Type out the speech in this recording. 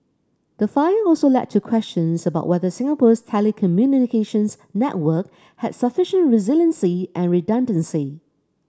the fire also led to questions about whether Singapore's telecommunications network had sufficient resiliency and redundancy